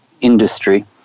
industry